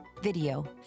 video